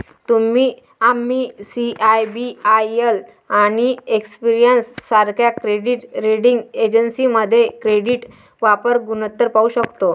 आम्ही सी.आय.बी.आय.एल आणि एक्सपेरियन सारख्या क्रेडिट रेटिंग एजन्सीमध्ये क्रेडिट वापर गुणोत्तर पाहू शकतो